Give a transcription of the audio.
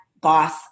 boss